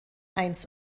eins